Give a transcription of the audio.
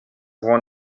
won